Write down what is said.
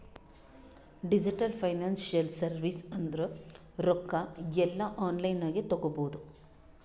digital financial service ಅಂದುರ್ ರೊಕ್ಕಾ ಎಲ್ಲಾ ಆನ್ಲೈನ್ ನಾಗೆ ತಗೋಬೋದು